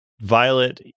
violet